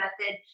method